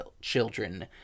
children